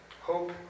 Hope